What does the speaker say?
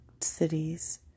cities